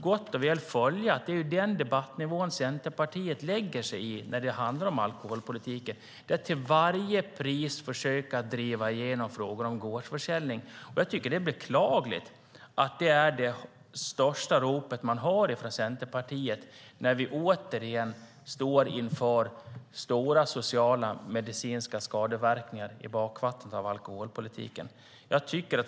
Det är på denna debattnivå Centerpartiet lägger sig i alkoholpolitiken när man till varje pris försöker driva igenom frågor om gårdsförsäljning. Det är beklagligt att det är det största ropet Centerpartiet har när vi åter står inför stora sociala och medicinska skadeverkningar i bakvattnet av alkoholkonsumtionen.